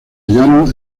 hallaron